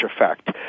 effect